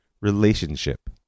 relationship